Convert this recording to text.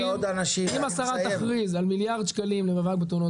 אם השרה תכריז על מיליארד שקלים למאבק בתאונות